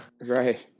right